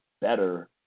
better